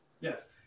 Yes